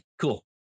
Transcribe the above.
cool